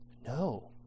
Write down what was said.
No